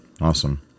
awesome